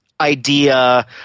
idea